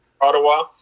Ottawa